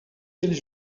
eles